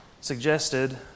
suggested